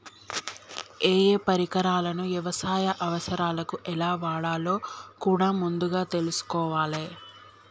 ఏయే పరికరాలను యవసాయ అవసరాలకు ఎలా వాడాలో కూడా ముందుగా తెల్సుకోవాలే